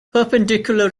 perpendicular